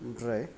ओमफ्राय